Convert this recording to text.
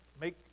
make